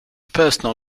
personal